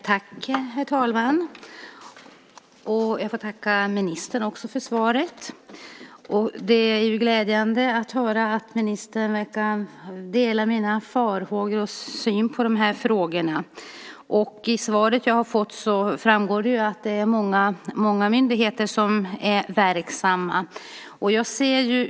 Herr talman! Jag vill tacka ministern för svaret. Det är glädjande att höra att ministern verkar dela mina farhågor och min syn på de här frågorna. Av svaret jag har fått framgår det att det är många myndigheter som är verksamma.